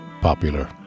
popular